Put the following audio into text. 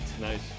Nice